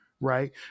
right